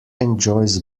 enjoys